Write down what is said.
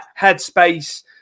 headspace